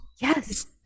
yes